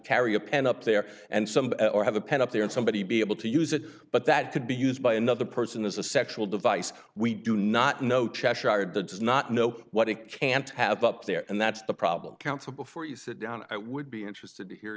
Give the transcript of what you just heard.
carry a pen up there and some or have a pen up there and somebody be able to use it but that could be used by another person as a sexual device we do not know cheshire the does not know what it can't have up there and that's the problem counsel before you sit down i would be interested to hear